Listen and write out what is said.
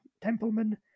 templeman